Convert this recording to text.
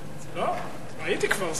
לא, הייתי כבר סגן.